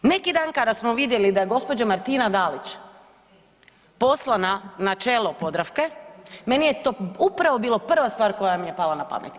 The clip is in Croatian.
Neki dan kada smo vidjeli da je gospođa Martina Dalić poslana na čelo Podravke meni je to upravo bilo prva stvar koja mi je pala na pamet.